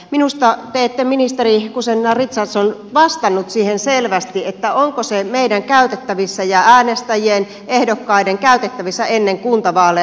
minusta te ministeri guzenina richardson ette vastannut siihen selvästi onko se meidän käytettävissämme ja äänestäjien ehdokkaiden käytettävissä ennen kuntavaaleja